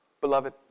Beloved